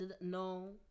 no